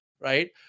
Right